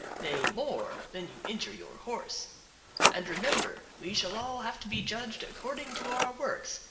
nay more, than you injure your horse and remember, we shall all have to be judged according to our works,